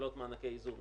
שמקבלות מענקי איזון,